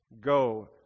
go